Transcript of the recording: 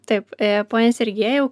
taip pone sergėjau